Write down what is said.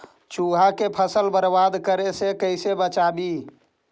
चुहा के फसल बर्बाद करे से कैसे बचाबी?